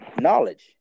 Knowledge